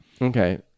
Okay